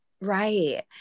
Right